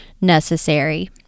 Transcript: necessary